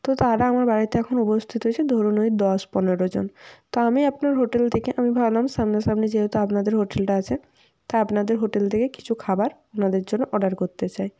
তো তারা আমার বাড়িতে এখন উপস্থিত হয়েছে ধরুন ওই দশ পনেরো জন তো আমি আপনার হোটেল থেকে আমি ভাবলাম সামনা সামনি যেহেতু আপনাদের হোটেলটা আছে তা আপনাদের হোটেল থেকে কিছু খাবার ওনাদের জন্য অর্ডার করতে চাই